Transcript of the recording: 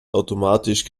automatisch